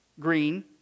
green